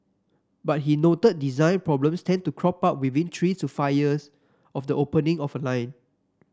but he noted design problems tend to crop up within three to five years of the opening of a line